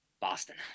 Boston